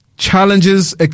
Challenges